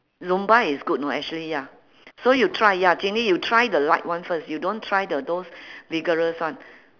zumba is good know actually ya so you try ya ginny you try the light one first you don't try the those vigorous one